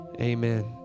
amen